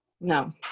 No